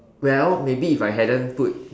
well maybe if I hadn't put